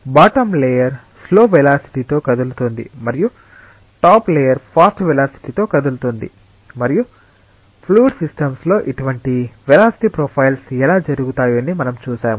bottom layer slow వెలాసిటితో కదులుతోంది మరియు టాప్ లేయర్ ఫాస్ట్ వెలాసిటితో కదులుతోంది మరియు ఫ్లూయిడ్ సిస్టమ్స్లో ఇటువంటి వెలాసిటి ప్రొఫైల్స్ ఎలా జరుగుతాయోనని మనం చూశాము